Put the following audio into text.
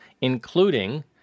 including